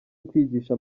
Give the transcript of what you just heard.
ukwigisha